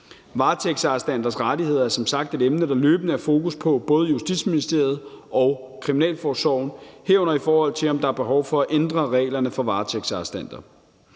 Varetægtsarrestanters rettigheder er som sagt et emne, der løbende er fokus på både i Justitsministeriet og kriminalforsorgen, herunder i forhold til om der er behov for at ændre reglerne for varetægtsarrestanter.